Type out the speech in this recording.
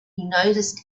noticed